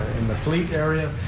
in the fleet area.